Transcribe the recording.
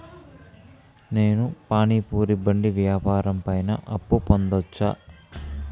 నేను పానీ పూరి బండి వ్యాపారం పైన అప్పు పొందవచ్చా?